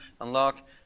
unlock